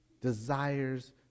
desires